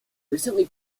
recently